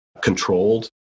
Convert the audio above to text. controlled